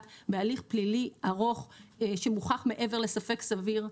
בהליך פלילי ארוך שמוכח מעבר לספק סביר,